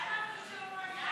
למה, אני רוצה,